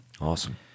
Awesome